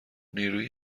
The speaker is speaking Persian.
نیروی